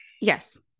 Yes